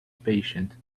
patient